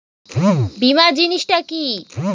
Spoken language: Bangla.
বীমা জিনিস টা কি?